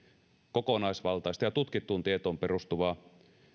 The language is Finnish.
kokonaisvaltaista ja tutkittuun tietoon perustuvaa